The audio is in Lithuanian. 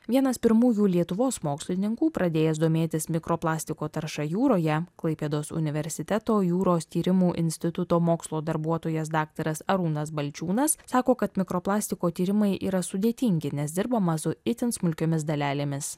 vienas pirmųjų lietuvos mokslininkų pradėjęs domėtis mikroplastiko tarša jūroje klaipėdos universiteto jūros tyrimų instituto mokslo darbuotojas daktaras arūnas balčiūnas sako kad mikroplastiko tyrimai yra sudėtingi nes dirbama su itin smulkiomis dalelėmis